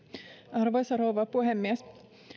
arvoisa rouva puhemies